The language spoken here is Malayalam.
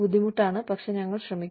ബുദ്ധിമുട്ടാണ് പക്ഷേ ഞങ്ങൾ ശ്രമിക്കും